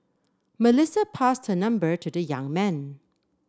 Melissa passed her number to the young man